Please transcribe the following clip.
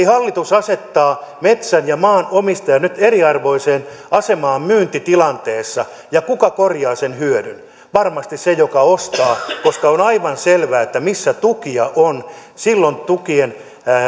hallitus asettaa metsän ja maanomistajat nyt eriarvoiseen asemaan myyntitilanteessa ja kuka korjaa sen hyödyn varmasti se joka ostaa koska on aivan selvää että missä tukia on silloin tukien